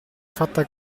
fatta